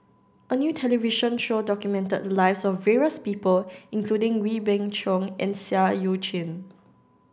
a new television show documented the lives of various people including Wee Beng Chong and Seah Eu Chin